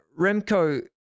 Remco